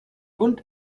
und